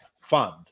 fund